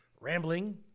rambling